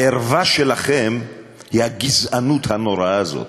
הערווה שלכם היא הגזענות הנוראה הזאת,